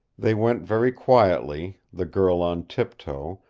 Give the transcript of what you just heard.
they went very quietly, the girl on tip-toe,